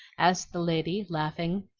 asked the lady, laughing.